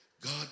God